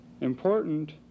Important